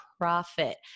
profit